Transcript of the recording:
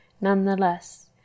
nonetheless